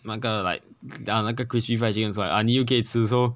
那个 like ya 那个 crispy fried chicken like 可以吃 so like